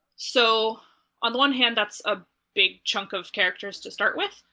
so on the one hand that's a big chunk of characters to start with,